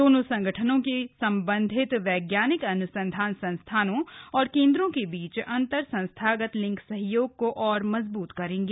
दोनों संगठनों से संबंधित वैज्ञानिक अनुसंधान संस्थानों और केंद्रों के बीच अंतर संस्थागत लिंक सहयोग को और मजबूत करेंगे